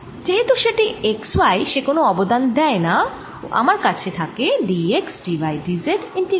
যেহেতু সেটি x y সে কোন অবদান দেয় না ও আমার কাছে থাকে d x d y d z integral